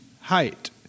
height